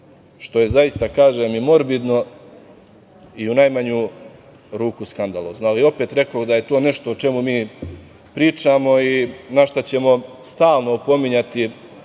što je zaista, kažem, morbidno i u najmanju ruku skandalozno. Opet, rekoh da to je nešto o čemu mi pričamo i na šta ćemo stalno opominjati